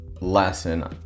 lesson